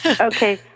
Okay